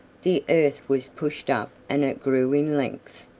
the earth was pushed up and it grew in length.